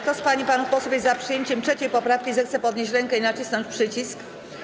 Kto z pań i panów posłów jest za przyjęciem 3. poprawki, zechce podnieść rękę i nacisnąć przycisk.